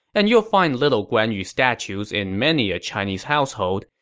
and you'll find little guan yu statues in many a chinese household.